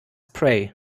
pray